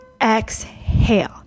exhale